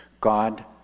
God